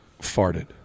farted